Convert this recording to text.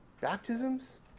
Baptisms